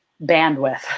bandwidth